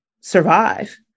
survive